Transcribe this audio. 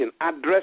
Address